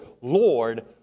lord